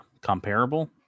comparable